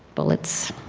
bullets.